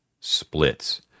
splits